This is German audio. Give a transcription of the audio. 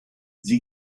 sie